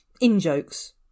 in-jokes